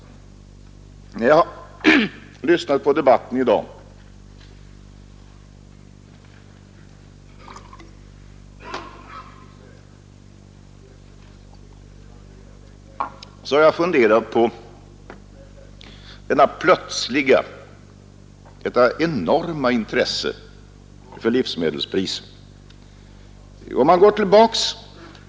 När jag har lyssnat på debatten i dag, har jag funderat över orsaken till detta plötsliga och enorma intresse för livsmedelspriserna.